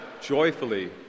joyfully